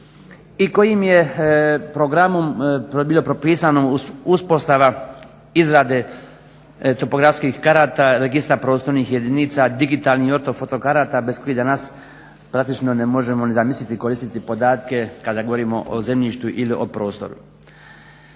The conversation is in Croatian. I kojim je programom bilo propisano uspostava izrade topografskih karata, registra prostornih jedinica, digitalnih i ortofoto karata bez kojih danas praktično ne možemo ni zamisliti koristiti podatke kada govorimo o zemljištu ili o prostoru.